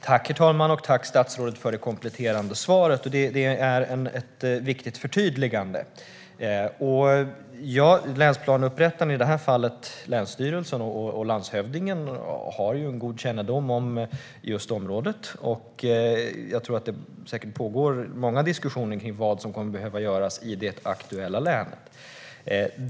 Herr talman! Tack, statsrådet för det kompletterande svaret som innehöll ett viktigt förtydligande! Länsplaneupprättarna - länsstyrelsen och landshövdingen - har ju en god kännedom om området. Det pågår säkert många diskussioner om vad som behöver göras i det aktuella länet.